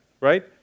right